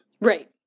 Right